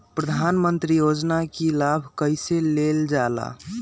प्रधानमंत्री योजना कि लाभ कइसे लेलजाला?